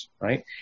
right